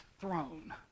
throne